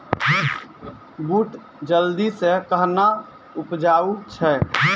बूट जल्दी से कहना उपजाऊ छ?